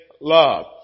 love